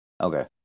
Okay